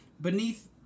Beneath